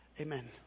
Amen